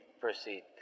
Proceed